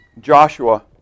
Joshua